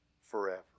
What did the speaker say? forever